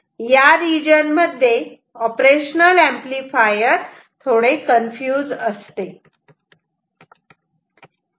कारण या रिजन मध्ये ऑपरेशनल ऍम्प्लिफायर कन्फ्युज असते